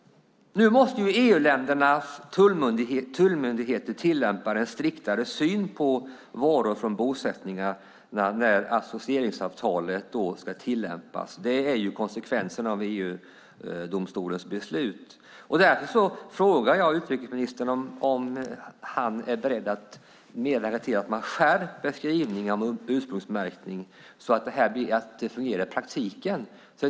EU-ländernas tullmyndigheter måste tillämpa en striktare syn på varor från bosättningar nu när associeringsavtalet ska tillämpas. Det är konsekvensen av EU-domstolens beslut. Därför frågar jag utrikesministern om han är beredd att medverka till att man skärper skrivningen om ursprungsmärkning så att det fungerar i praktiken.